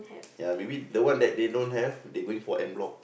ya maybe the one that they don't have they going for end block